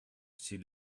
she